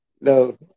no